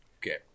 Okay